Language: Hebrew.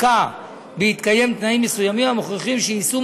יפקע בהתקיים תנאים מסוימים המוכיחים שיישום